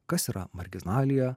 kas yra marginalija